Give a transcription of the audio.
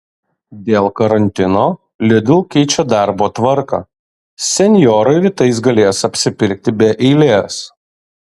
dėl karantino lidl keičia darbo tvarką senjorai rytais galės apsipirkti be eilės